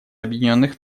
объединенных